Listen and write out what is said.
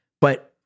But-